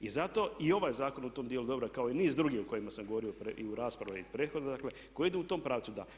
I zato i ovaj zakon u tom djelu je dobar kao i niz druge o kojima sam govorio i u raspravi u prethodno dakle koji idu u tom pravcu, da.